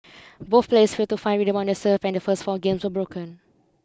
both players failed to find rhythm on their serve and the first four games were broken